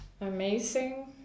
amazing